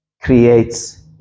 creates